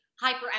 hyper